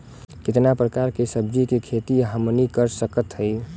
कितना प्रकार के सब्जी के खेती हमनी कर सकत हई?